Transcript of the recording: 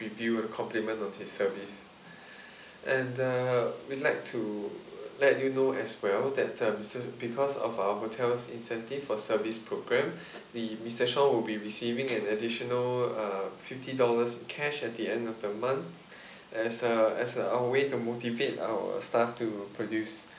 review a compliment on his service and uh we'd like to let you know as well that uh mister because of our hotel's incentive for service programme the mister shawn will be receiving an additional uh fifty dollars cash at the end of the month as a as a our way to motivate our staff to produce